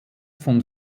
von